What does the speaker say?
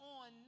on